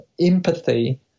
empathy